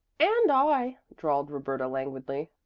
and i, drawled roberta languidly.